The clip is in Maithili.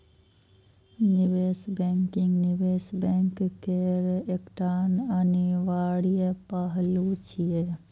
निवेश बैंकिंग निवेश बैंक केर एकटा अनिवार्य पहलू छियै